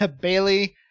Bailey